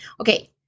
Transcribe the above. Okay